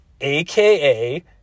AKA